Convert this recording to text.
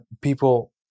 people